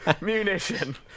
munition